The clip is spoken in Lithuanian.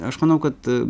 aš manau kad